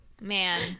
man